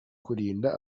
kurinda